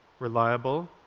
reliable,